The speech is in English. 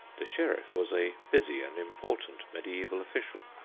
the sheriff was a busy and important mediaeval official.